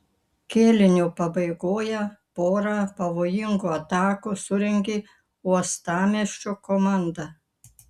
kėlinio pabaigoje porą pavojingų atakų surengė uostamiesčio komanda